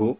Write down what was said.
ಹಾಗೂ